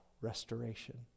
restoration